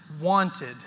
wanted